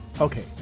Okay